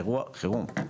אירוע חירום,